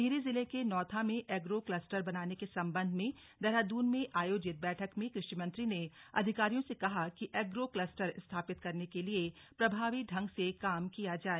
टिहरी जिले के नौथा में एग्रो कलस्टर बनाने के संबंध में देहरादून में आयोजित बैठक में कृषि मंत्री ने अधिकारियों से कहा कि एग्रो क्लस्टर स्थापित करने के लिए प्रभावी ढंग से काम किया जाए